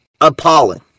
appalling